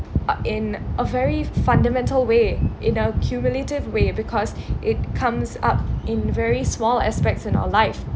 uh in a very fundamental way in our cumulative way because it comes up in very small aspects in our life